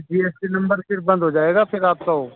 جی S C نمبر پھر بند ہو جائے گا پھر آپ کا